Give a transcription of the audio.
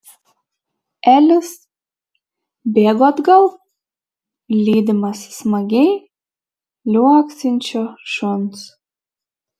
elis bėgo atgal lydimas smagiai liuoksinčio šuns